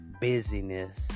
busyness